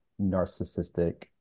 narcissistic